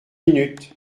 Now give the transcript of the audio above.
minutes